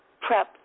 prep